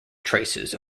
traces